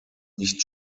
nicht